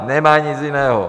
Nemají nic jiného!